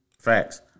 Facts